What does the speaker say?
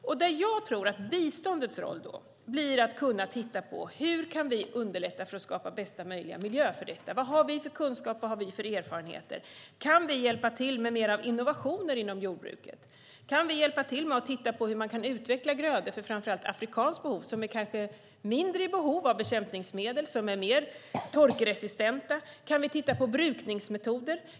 Då tror jag att biståndets roll blir att vi tittar närmare på hur vi kan underlätta för att skapa bästa möjliga miljö för detta. Vad har vi för kunskap? Vad har vi för erfarenheter? Kan vi hjälpa till med mer av innovationer inom jordbruket? Kan vi hjälpa till genom att titta på hur man kan utveckla grödor för framför allt afrikanska behov som kanske är i mindre behov av bekämpningsmedel, som är mer torkresistenta? Kan vi titta på brukningsmetoder?